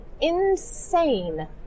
insane